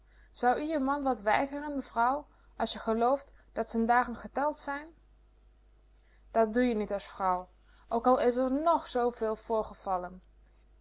u je man wat weigeren mevrouw as je gelooft dat z'n dagen geteld zijn dat doe je niet as vrouw ook al is r nog zooveel voorgevallen